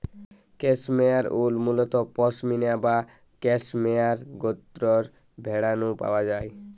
cashmere wool মুলত পসমিনা বা cashmere গোত্রর ভেড়া নু পাওয়া যায়